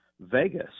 Vegas